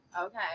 okay